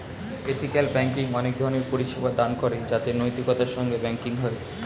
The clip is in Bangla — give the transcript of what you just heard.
এথিকাল ব্যাঙ্কিং অনেক ধরণের পরিষেবা দান করে যাতে নৈতিকতার সঙ্গে ব্যাঙ্কিং হয়